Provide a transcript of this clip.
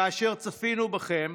כאשר צפינו בכם,